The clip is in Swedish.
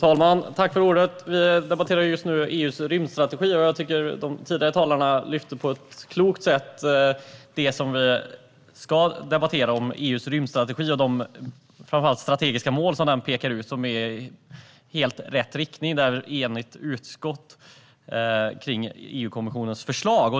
Fru talman! Vi debatterar just nu EU:s rymdstrategi. Jag tycker att tidigare talare på ett klokt sätt har lyft detta och de strategiska mål som pekas ut i EU:s rymdstrategi. Det går i helt rätt riktning, och vi har ett enigt utskott vad gäller EU-kommissionens förslag.